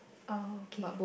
oh okay